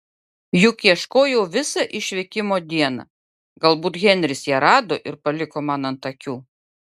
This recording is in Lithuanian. juk ieškojau visą išvykimo dieną galbūt henris ją rado ir paliko man ant akių